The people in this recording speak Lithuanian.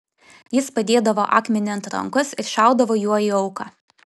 jis padėdavo akmenį ant rankos ir šaudavo juo į auką